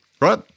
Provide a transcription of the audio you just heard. right